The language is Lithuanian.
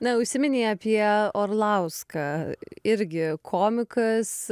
na užsiminei apie orlauską irgi komikas